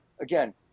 again